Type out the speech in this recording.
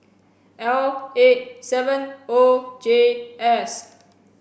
L eight seven O J S